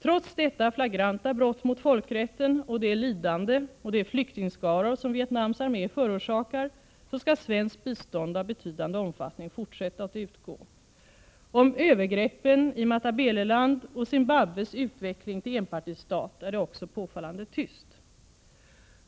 Trots detta flagranta brott mot folkrätten och det lidande och de flyktingskaror som Vietnams armé förorsakar så skall svenskt bistånd av betydande omfattning fortsätta att utgå. Om övergreppen i Matabeleland och Zimbabwes utveckling till enpartistat är det också påfallande tyst.